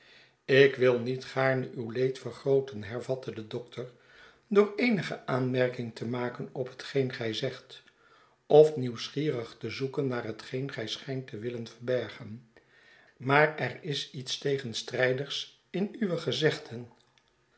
ik wil niet gaarne uw leed vergrooten hervatte de dokter u door eenige aanmerking te maken op hetgeen gij zegt of nieuwsgierig te zoeken naar hetgeen gij schijnt te willen verbergen maar er iets tegenstrijdigs in uwegezegden